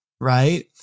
right